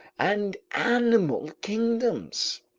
and animal kingdoms.